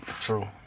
True